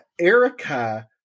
Erica